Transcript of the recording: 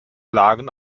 lagen